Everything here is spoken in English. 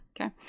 okay